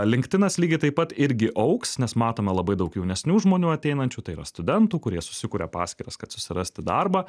linktinas lygiai taip pat irgi augs nes matome labai daug jaunesnių žmonių ateinančių tai yra studentų kurie susikūria paskyras kad susirasti darbą